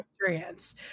experience